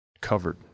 covered